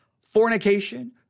fornication